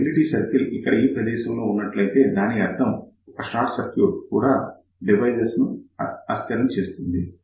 stability circle ఇక్కడ ఈ ప్రదేశం లో ఉన్నట్లయితే దాని అర్థం ఒక షార్ట్ సర్క్యూట్ కూడా డివైస్ ను అస్థిరం చేస్తుంది